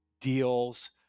deals